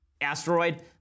asteroid